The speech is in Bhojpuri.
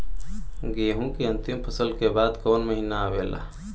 गेहूँ के अंतिम फसल के बाद कवन महीना आवेला?